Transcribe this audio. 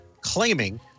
claiming